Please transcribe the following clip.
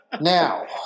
Now